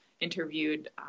interviewed